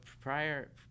prior